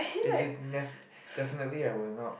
it did nev~ definitely I will not